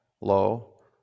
low